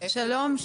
שלום,